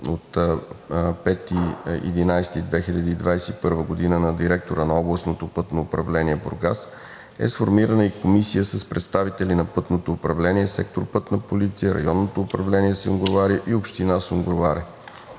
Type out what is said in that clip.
ноември 2021 г. на директора на Областното пътно управление – Бургас е сформирана и комисия с представители на пътното управление, сектор „Пътна полиция“, Районно управление – Сунгурларе и Община Сунгурларе.